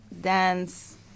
dance